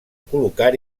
col·locar